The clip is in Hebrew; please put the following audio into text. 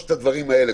שלושת הדברים האלה,